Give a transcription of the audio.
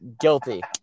Guilty